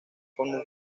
formó